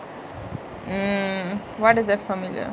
mm why does that sound familiar